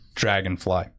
dragonfly